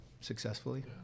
successfully